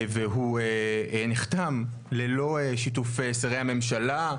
והוא נחתם ללא שיתוף שרי הממשלה,